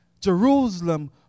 Jerusalem